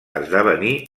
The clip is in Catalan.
esdevenir